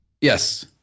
Yes